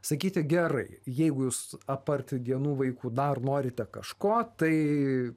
sakyti gerai jeigu jūs apart dienų vaikų dar norite kažko tai